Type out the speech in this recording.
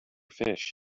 fish